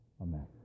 Amen